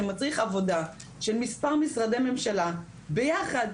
שזה מצריך עבודה של מספר משרדי ממשלה ביחד.